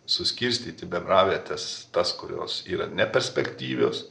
suskirstyti bebravietes tas kurios yra neperspektyvios